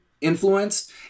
influenced